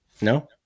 No